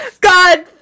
God